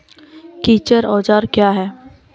रिचर औजार क्या हैं?